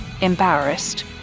embarrassed